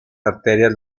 arterias